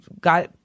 got